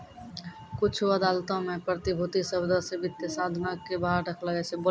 कुछु अदालतो मे प्रतिभूति शब्दो से वित्तीय साधनो के बाहर रखलो जाय छै